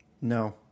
No